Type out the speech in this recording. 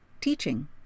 teaching